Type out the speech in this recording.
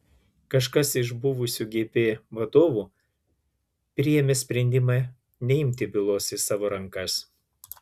kažkas iš buvusių gp vadovų priėmė sprendimą neimti bylos į savo rankas